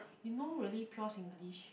you know really pure singlish